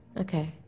Okay